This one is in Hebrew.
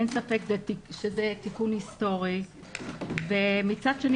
אין ספק שזה תיקון היסטורי ומצד שני